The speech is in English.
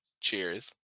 Cheers